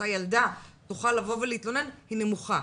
אותה ילדה תוכל לבוא ולהתלונן היא נמוכה.